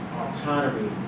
autonomy